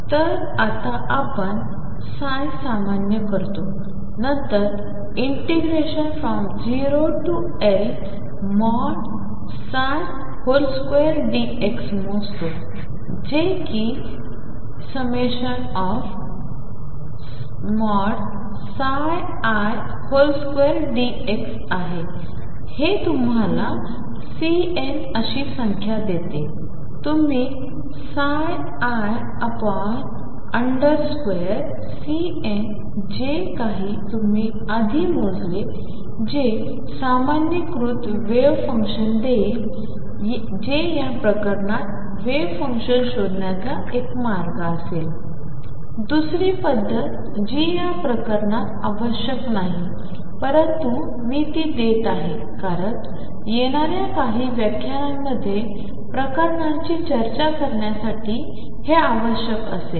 तर आताआपण ψ सामान्य करतो नंतर 0L2dx मोजतो जे कि i1Ni2Δx आहे हे तुम्हालाCN अशी संख्या देते तुम्ही iCN जे काही तुम्ही आधी मोजले जे सामान्यीकृत वेव्ह फंक्शन देईल जे या प्रकरणात वेव्ह फंक्शन शोधण्याचा एक मार्ग आहे दुसरी पद्धत जी या प्रकरणात आवश्यक नाही परंतु मी ती देत आहे कारण येणाऱ्या काही व्याख्यानांमध्ये प्रकरणांची चर्चा करण्यासाठी हे आवश्यकता असेल